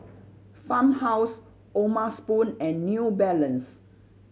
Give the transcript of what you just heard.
Farmhouse O'ma Spoon and New Balance